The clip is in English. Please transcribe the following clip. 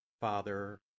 Father